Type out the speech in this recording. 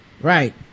Right